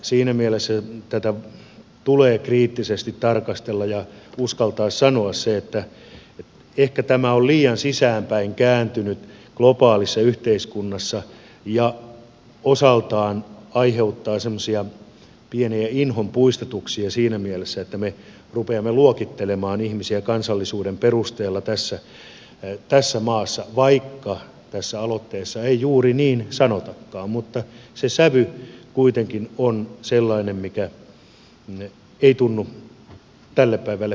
siinä mielessä tätä tulee kriittisesti tarkastella ja uskaltaa sanoa se että ehkä tämä on liian sisäänpäin kääntynyt globaalissa yhteiskunnassa ja osaltaan aiheuttaa semmoisia pieniä inhonpuistatuksia siinä mielessä että me rupeamme luokittelemaan ihmisiä kansallisuuden perusteella tässä maassa vaikka tässä aloitteessa ei juuri niin sanotakaan mutta se sävy kuitenkin on sellainen mikä ei tunnu tälle päivälle hyvältä